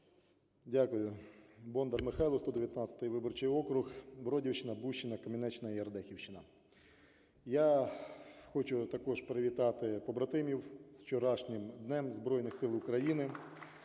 Дякую. Бондар Михайло, 119-й виборчий округ, Бродівщина, Бущина, Кам'янеччина і Радехівщина. Я хочу також привітати побратимів з вчорашнім Днем Збройних Сил України.